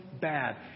bad